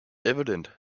evident